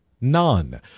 none